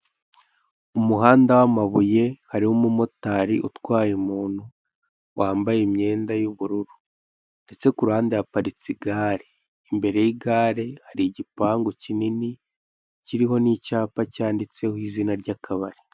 Umuhanda w'amabuye harimo umu motari utwaye umuntu wambaye imyenda y'ubururu, ndetse ku ruhande haparitse igare ,mbere y'igare hari gipangu kinini kiriho n'icyapa cyanditseho izina ry'akabari.